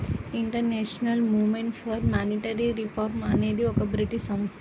international Movement for Monetary Reform అనేది ఒక British సంస్థ